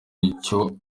icyo